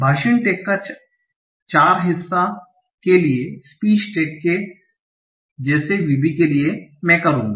भाषण टैग का 4 हिस्सा के लिए स्पीच टैग के जैसे VB के लिए मैं करूँगा